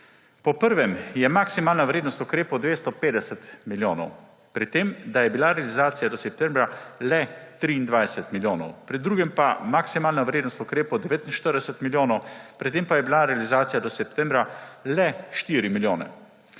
Po prvem je maksimalna vrednost ukrepov 250 milijonov, pri tem da je bila realizacija do septembra le 23 milijonov. Pri drugem pa maksimalna vrednost ukrepov 49 milijonov, pri tem pa je bila realizacija do septembra le 4 milijone.